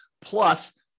plus